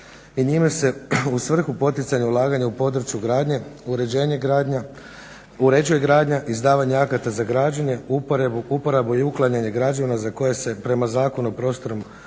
njime se u svrhu poticanja ulaganja u području gradnje uređuje gradnja, izdavanje akata za građenje, uporabu i uklanjanje građevina za koje se prema Zakonu o prostornom uređenju